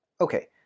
Okay